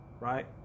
Right